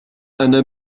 أنا